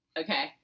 Okay